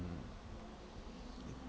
mm